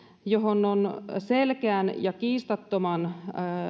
johon on selkeän ja kiistattoman